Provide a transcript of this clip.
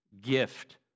gift